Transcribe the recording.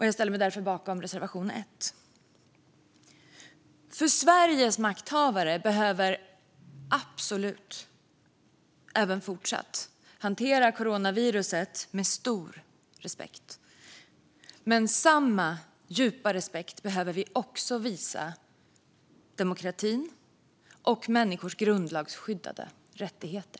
Jag ställer mig därför bakom reservation 1. Sveriges makthavare behöver absolut även fortsatt hantera coronaviruset med stor respekt. Men samma djupa respekt behöver vi också visa demokratin och människors grundlagsskyddade rättigheter.